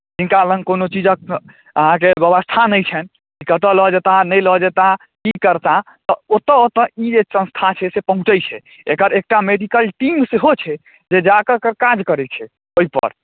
हुनका लग कोनो चीजक अहाँके व्यवस्था नहि छनि कतय लऽ जेताह नहि लऽ जेताह की करताह तऽ ओतय ओतय ई जे संस्था छै से पहुँचैत छै एकर एकटा मेडिकल टीम सेहो छै जे जा कऽ एकर काज करैत छै ओहिपर